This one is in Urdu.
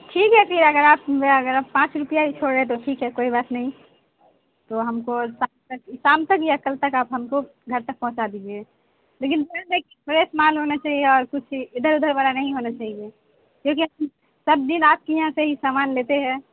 ٹھیک ہے پھر اگر آپ میرا اگر آپ پانچ روپیہ چھوڑ رہے ہے تو ٹھیک ہے کوئی بات نہیں تو ہم کو شام شام تک یا کل تک آپ ہم کو گھر تک پہنچا دیجیے لیکن پھر دیکھیے فریش مال ہونا چاہیے اور کچھ ادھر ادھر والا نہیں ہونا چاہیے کیوںکہ ہم سب دن آپ کے یہاں سے ہی سامان لیتے ہیں